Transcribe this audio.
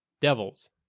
devils